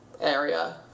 area